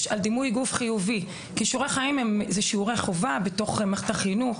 כישורי חיים אלה שיעורי חובה במערכת החינוך,